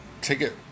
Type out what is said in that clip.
ticket